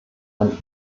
ein